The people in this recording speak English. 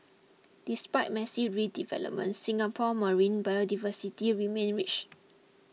despite massive redevelopment Singapore's marine biodiversity remain rich